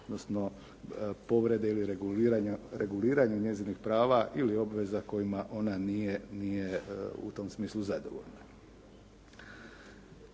odnosno povrede ili reguliranju njezinih prava ili obveza kojima ona nije u tom smislu zadovoljna.